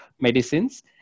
medicines